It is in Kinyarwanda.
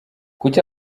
kuki